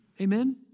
Amen